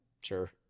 Sure